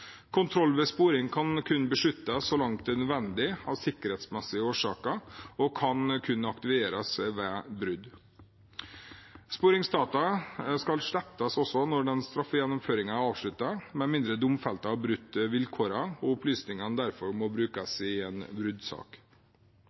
Kontroll ved sporing kan kun besluttes så langt det er nødvendig av sikkerhetsmessige årsaker og kan kun aktiveres ved brudd. Sporingsdata skal slettes når straffegjennomføringen er avsluttet – med mindre domfelte har brutt vilkårene og opplysningene derfor må brukes i en bruddsak.